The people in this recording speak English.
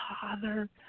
Father